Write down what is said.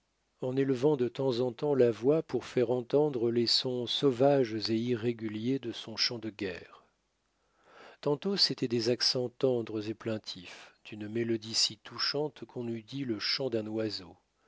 en élevant de temps en temps la voix pour faire entendre les sons sauvages et irréguliers de son chant de guerre tantôt c'étaient des accents tendres et plaintifs d'une mélodie si touchante qu'on eût dit le chant d'un oiseau